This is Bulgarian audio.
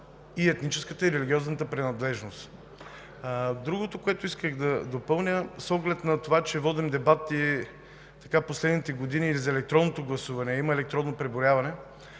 етническата и религиозната принадлежност. Другото, което исках да допълня. С оглед на това, че водим дебати последните години и за електронното гласуване, а има електронно преброяване,